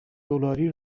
دلاری